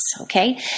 okay